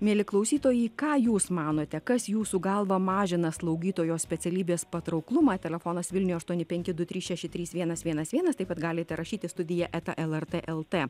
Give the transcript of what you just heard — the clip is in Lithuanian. mieli klausytojai ką jūs manote kas jūsų galva mažina slaugytojo specialybės patrauklumą telefonas vilniuje aštuoni penki du trys šeši trys vienas vienas vienas taip pat galite rašyti studija eta lrt lt